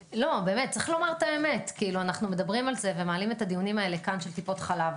אנחנו מעלים את הדיונים האלה כאן של טיפות חלב,